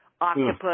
octopus